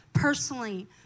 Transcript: personally